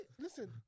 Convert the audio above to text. listen